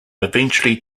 eventually